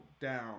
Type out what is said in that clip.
down